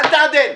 אל תעדן.